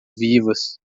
vivas